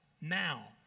now